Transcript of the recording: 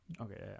okay